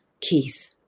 Keith